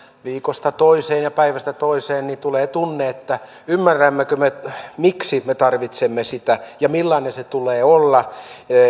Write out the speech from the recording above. viikosta toiseen ja päivästä toiseen niin tulee tunne että ymmärrämmekö me miksi me tarvitsemme sitä ja millainen sen tulee olla